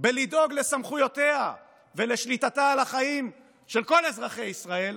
לדאוג לסמכויותיה ולשליטתה על החיים של כל אזרחי ישראל,